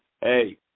Hey